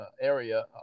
area